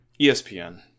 ESPN